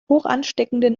hochansteckenden